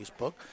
Facebook